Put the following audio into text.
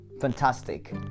fantastic